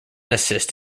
assist